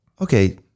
okay